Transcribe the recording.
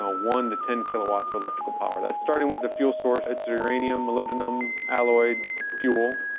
ah one to ten kilowatts of electrical power. that's starting with the fuel source. it's uranium, molybdenum alloy fuel.